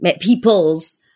peoples